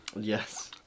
Yes